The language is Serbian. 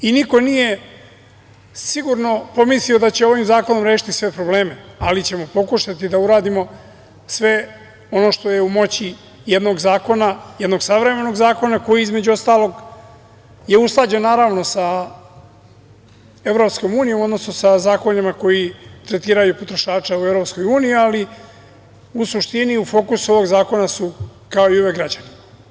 Niko nije sigurno pomislio da ćemo ovim zakonom rešiti sve probleme, ali ćemo pokušati da uradimo sve ono što je u moći jednog savremenog zakona koji između ostalog je usklađen naravno sa EU, odnosno sa zakonima koji tretiraju potrošače u EU, ali u suštini, u fokusu ovog zakona su kao i uvek građani.